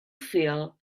feel